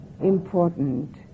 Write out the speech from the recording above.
important